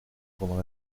pendant